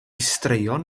straeon